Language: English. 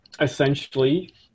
essentially